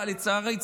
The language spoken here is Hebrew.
לצערי,